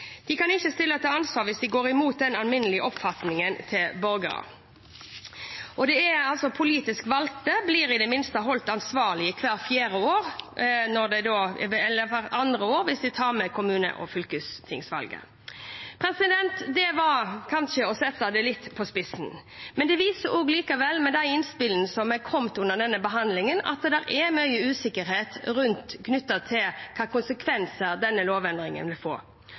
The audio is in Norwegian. De kan ikke stilles til ansvar hvis de går mot den alminnelige oppfatningen til borgerne. Politisk valgte blir i det minste holdt ansvarlig hvert fjerde år – eller hvert andre år, hvis en tar med kommune- og fylkestingsvalget. Det var kanskje å sette det litt på spissen, men de innspillene som er kommet under denne behandlingen, viser likevel at det er mye usikkerhet knyttet til hvilke konsekvenser denne lovendringen vil få.